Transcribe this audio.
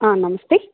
नमस्ते